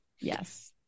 Yes